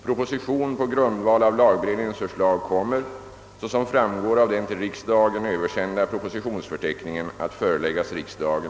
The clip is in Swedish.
Proposition på srundval av lagberedningens förslag kommer — såsom framgår av den till riksdagen översända propositionsförteckningen — att föreläggas riksdagen